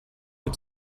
del